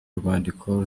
rwandiko